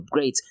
upgrades